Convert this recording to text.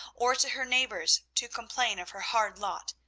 or to her neighbours to complain of her hard lot,